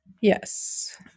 Yes